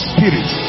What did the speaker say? Spirit